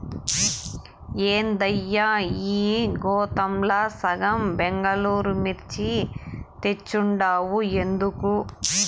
ఏందయ్యా ఈ గోతాంల సగం బెంగళూరు మిర్చి తెచ్చుండావు ఎందుకు